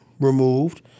removed